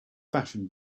fashioned